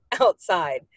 outside